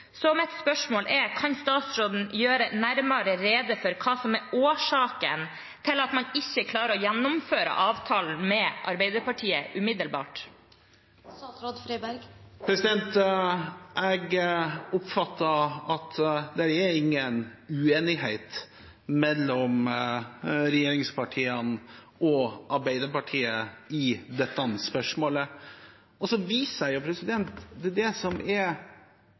Mitt spørsmål er: Kan statsråden gjøre nærmere rede for hva som er årsaken til at man ikke klarer å gjennomføre avtalen med Arbeiderpartiet umiddelbart? Jeg oppfatter at det ikke er noen uenighet mellom regjeringspartiene og Arbeiderpartiet i dette spørsmålet. Så viser jeg til det som er formulert i en avtale som